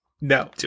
No